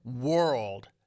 world